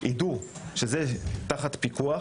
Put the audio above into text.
על מנת שיידעו שהם תחת פיקוח.